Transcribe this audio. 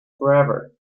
forever